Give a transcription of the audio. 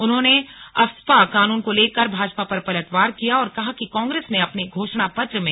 उन्होंने थ्टैच्य कानून को लेकर भाजपा पर पलटवार किया और कहा कि कांग्रेस ने अपने घोषणापत्र में